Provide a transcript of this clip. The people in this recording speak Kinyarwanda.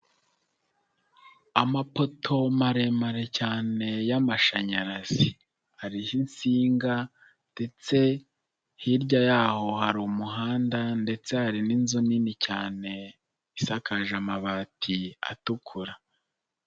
Amapoto maremare cyane y'amashanyarazi, hariho insinga ndetse hirya yaho hari umuhanda ndetse hari n'inzu nini cyane, isakaje amabati atukura.